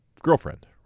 girlfriend